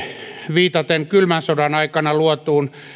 viitaten kylmän sodan aikana luotuun